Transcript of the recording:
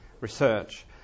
research